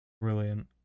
Brilliant